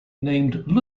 named